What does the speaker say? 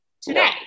today